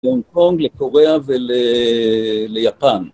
הונג קונג לקוריאה וליפן